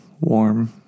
warm